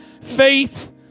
faith